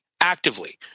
actively